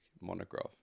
monograph